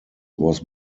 was